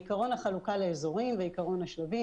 עיקרון החלוקה לאזורים ועיקרון השלבים.